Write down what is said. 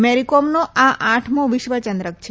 મેરીકોમનો આ આઠમો વિશ્વ ચંદ્રક છે